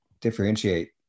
differentiate